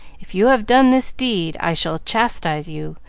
if you have done this deed i shall chastise you,